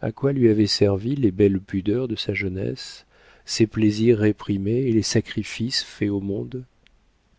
a quoi lui avaient servi les belles pudeurs de sa jeunesse ses plaisirs réprimés et les sacrifices faits au monde